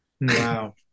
wow